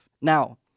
Now